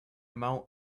amount